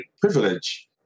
Privilege